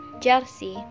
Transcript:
Jersey